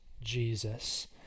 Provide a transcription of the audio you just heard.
Jesus